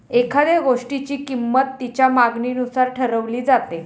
एखाद्या गोष्टीची किंमत तिच्या मागणीनुसार ठरवली जाते